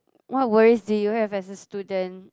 what worries do you have as a student